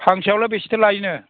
फांसेयावलाय बिसेथो लायोनो